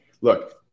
look